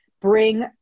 bring